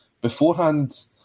beforehand